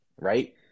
right